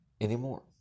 anymore